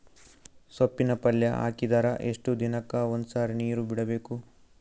ಸೊಪ್ಪಿನ ಪಲ್ಯ ಹಾಕಿದರ ಎಷ್ಟು ದಿನಕ್ಕ ಒಂದ್ಸರಿ ನೀರು ಬಿಡಬೇಕು?